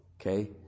Okay